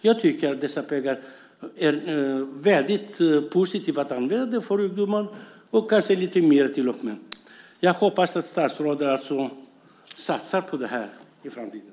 Jag tycker att det är väldigt positivt att använda dessa pengar, och kanske lite mer till och med. Jag hoppas att statsrådet satsar på det här i framtiden.